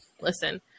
listen